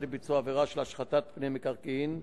לביצוע עבירה של השחתת פני מקרקעין,